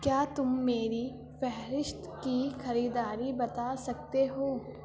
کیا تم میری فہرست کی خریداری بتا سکتے ہو